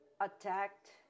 attacked